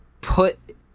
put